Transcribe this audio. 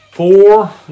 four